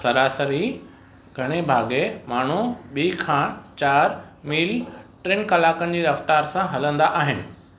सरासरी घणे भाङे माण्हू ॿी खां चार मील टिनि कलाकनि जी रफ़्तार सां हलंदा आहिनि